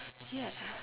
ya